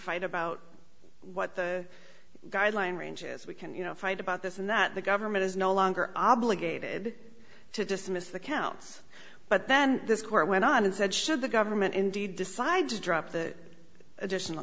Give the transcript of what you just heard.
fight about what the guideline range is we can you know fight about this and that the government is no longer obligated to dismiss the counts but then this court went on and said should the government indeed decide to drop the additional